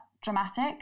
dramatic